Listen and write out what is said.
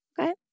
okay